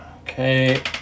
okay